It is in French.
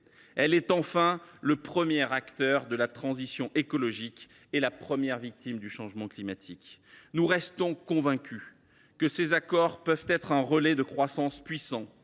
est enfin le premier acteur de la transition écologique et la première victime du changement climatique. Nous restons convaincus que ces accords peuvent être un relais de croissance puissant,